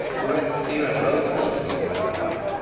who rests here at rose hills memorial park.